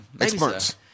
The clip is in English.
Experts